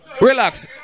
Relax